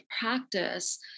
practice